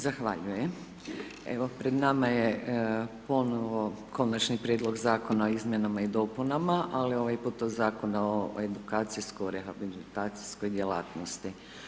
Zahvaljujem, evo pred nama je ponovo konačni prijedlog zakona o izmjenama i dopuna ali ovaj puta Zakona o edukacijsko rehabilitacijskoj djelatnosti.